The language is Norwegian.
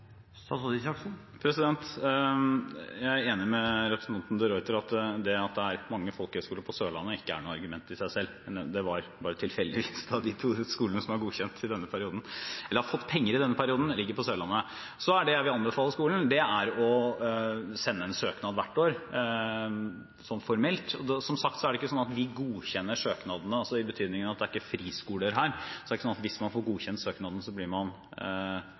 Jeg er enig med representanten de Ruiter i at det at det er mange folkehøyskoler på Sørlandet, ikke er noe argument i seg selv. Det er tilfeldig at de to skolene som har fått penger i denne perioden, ligger på Sørlandet. Det jeg vil anbefale skolen, er å sende en søknad hvert år, formelt. Som sagt er det ikke slik at vi godkjenner søknadene, i den betydningen at dette er ikke friskoler. Det er ikke slik at hvis man får godkjent søknaden, får man starte opp. Man